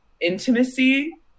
intimacy